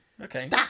Okay